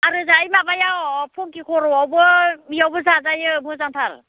आरो जायो माबायाव अह फुंखि खर'यावबो बेयावबो जाजायो मोजांथार